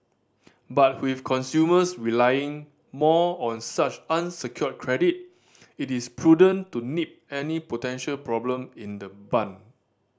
but with consumers relying more on such unsecured credit it is prudent to nip any potential problem in the bun